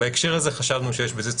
בהקשר הזה חשבנו שיש בזה צורך,